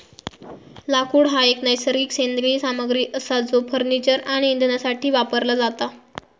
लाकूड हा एक नैसर्गिक सेंद्रिय सामग्री असा जो फर्निचर आणि इंधनासाठी वापरला जाता